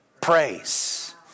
praise